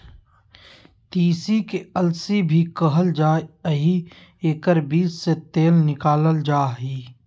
तीसी के अलसी भी कहल जा हइ एकर बीज से तेल निकालल जा हइ